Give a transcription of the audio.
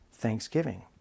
Thanksgiving